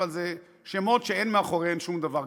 אבל אלה שמות שאין מאחוריהם שום דבר.